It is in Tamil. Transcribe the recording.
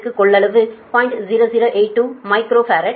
0082 மைக்ரோ ஃபாரட்